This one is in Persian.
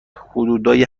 حدودای